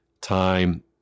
time